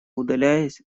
удаляясь